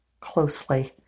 closely